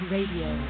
Radio